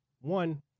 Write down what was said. One